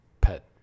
pet